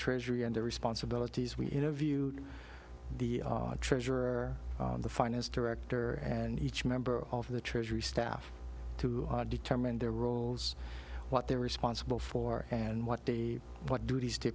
treasury and their responsibilities we interview the treasurer the finest director and each member of the treasury staff to determine their roles what they were responsible for and what the what duties to